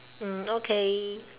mm okay